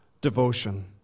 devotion